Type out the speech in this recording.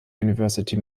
university